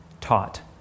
taught